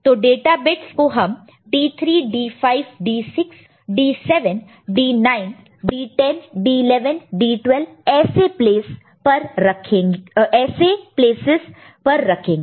तो data bits को हम D3 D5 D6 D7 D9 D10 D11 D12 ऐसे प्लेस करेंगे